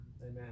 Amen